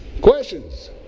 Questions